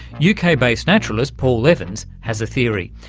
uk-based naturalist paul evans has a theory.